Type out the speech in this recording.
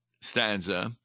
stanza